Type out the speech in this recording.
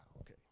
okay